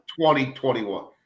2021